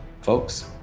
Folks